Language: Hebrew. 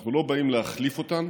אנחנו לא באים להחליף אותן,